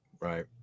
Right